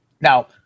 Now